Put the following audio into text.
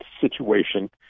situation